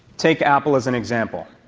take apple as an example.